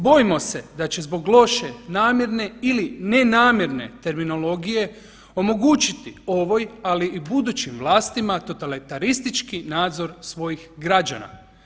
Bojimo se da će zbog loše, namjerne ili ne namjerne terminologije omogućiti ovoj ali budućim vlastima totalitaristički nadzor svojih građana.